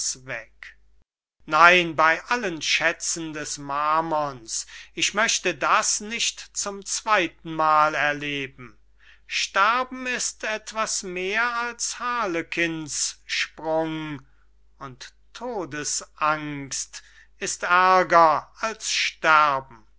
nein bey allen schäzen des mammons ich möchte das nicht zum zweytenmal erleben sterben ist etwas mehr als harlequins sprung und todes angst ist ärger als sterben